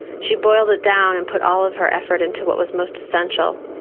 she boiled it down and put all of her effort into what was most essential,